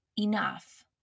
enough